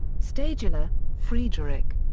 stadler, friedrich.